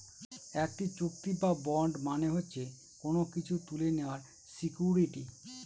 একটি চুক্তি বা বন্ড মানে হচ্ছে কোনো কিছু তুলে নেওয়ার সিকুইরিটি